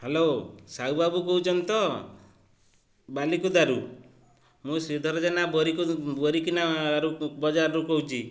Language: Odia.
ହ୍ୟାଲୋ ସାହୁ ବାବୁ କହୁଛନ୍ତି ତ ବାଲକୁଦାରୁ ମୁଁ ଶ୍ରୀଧର ଜେନା ବରିକିନା ବଜାରରୁ କହୁଛି